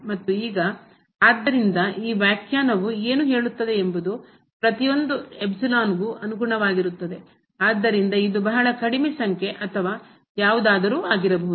ಮತ್ತು ಈಗ ಆದ್ದರಿಂದ ಈ ವ್ಯಾಖ್ಯಾನವು ಏನು ಹೇಳುತ್ತದೆ ಎಂಬುದು ಪ್ರತಿಯೊಂದ ಕ್ಕೂ ಅನುಗುಣವಾಗಿರುತ್ತದೆ ಆದ್ದರಿಂದ ಇದು ಬಹಳ ಕಡಿಮೆ ಸಂಖ್ಯೆ ಅಥವಾ ಯಾವುದಾದರೂ ಆಗಿರಬಹುದು